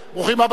ברוכים הבאים.